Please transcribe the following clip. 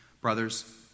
brothers